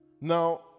Now